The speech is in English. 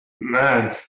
Man